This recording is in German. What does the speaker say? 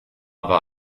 war